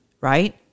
right